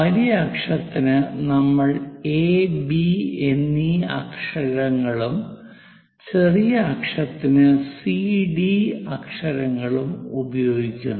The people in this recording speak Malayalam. വലിയ അക്ഷത്തിന് നമ്മൾ എ ബി A B എന്നീ അക്ഷരങ്ങളും ചെറിയ അക്ഷത്തിന് സി ഡി C D അക്ഷരങ്ങളും ഉപയോഗിക്കുന്നു